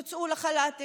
שהוצאו לחל"ת,